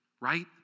Right